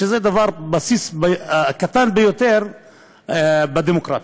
שזה הבסיס הקטן ביותר בדמוקרטיה.